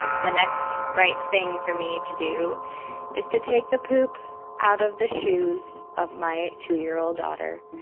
the next right thing for me to do is to take the poop out of the shoes of my two year old daughter.